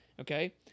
Okay